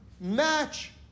match